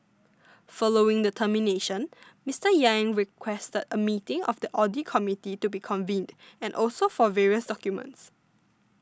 following the termination Mister Yang requested a meeting of the audit committee to be convened and also for various documents